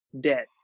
debt